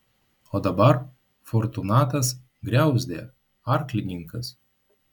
o dabar fortunatas griauzdė arklininkas